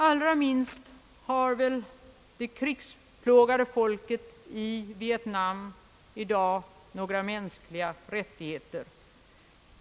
Allra minst har väl det krigsplågade folket i Vietnam i dag några mänskliga rättigheter.